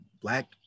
black